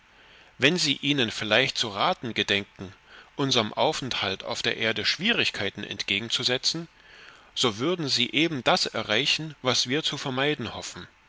wenn sie ihnen vielleicht zu raten gedenken unserm aufenthalt auf der erde schwierigkeiten entgegenzusetzen so würden sie eben das erreichen was wir zu vermeiden hoffen